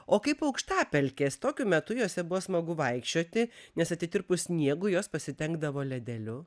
o kaip aukštapelkės tokiu metu jose buvo smagu vaikščioti nes atitirpus sniegui jos pasidengdavo ledeliu